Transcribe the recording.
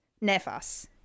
nefas